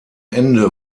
ende